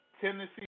Tennessee